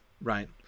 Right